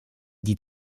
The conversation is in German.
die